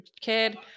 kid